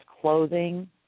clothing